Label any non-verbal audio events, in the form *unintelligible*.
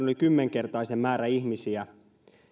*unintelligible* yli kymmenkertaisen määrän ihmisiä